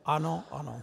Ano, ANO.